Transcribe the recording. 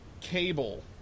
Cable